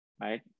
right